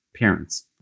parents